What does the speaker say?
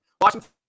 Washington